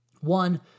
one